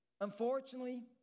Unfortunately